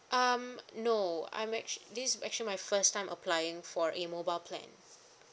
um no I'm actua~ this is actually my first time applying for a mobile plan